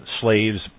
slaves